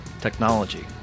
technology